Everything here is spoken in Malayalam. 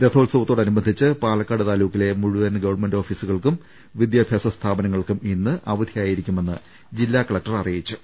രഥോത്സവത്തോടനുബന്ധിച്ച് പാലക്കാട് താലൂക്കിലെ മുഴുവൻ ഗവൺമെന്റ് ഓഫീസുകൾക്കും വിദ്യാഭ്യാസ സ്ഥാപനങ്ങൾക്കും ഇന്ന് അവധിയായിരിക്കുമെന്ന് ജില്ലാകലക്ടർ അറിയിച്ചു